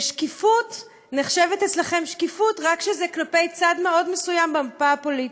ושקיפות נחשבת אצלכם שקיפות רק כשזה כלפי צד מאוד מסוים במפה הפוליטית,